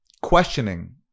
questioning